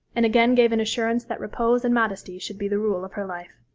and again gave an assurance that repose and modesty should be the rule of her life.